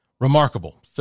remarkable